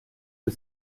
que